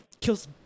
kills